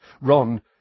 Ron